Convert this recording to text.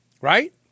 Right